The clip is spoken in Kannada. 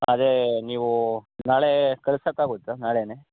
ಅದೇ ನೀವು ನಾಳೇ ಕಳಿಸಕಾಗುತ್ತ ನಾಳೆನೇ